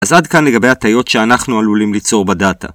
אז עד כאן לגבי הטעויות שאנחנו עלולים ליצור בדאטה